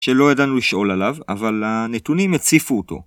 ‫שלא ידענו לשאול עליו, ‫אבל הנתונים הציפו אותו.